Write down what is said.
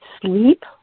sleep